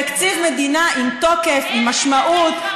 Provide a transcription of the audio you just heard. תקציב מדינה עם תוקף, עם משמעות.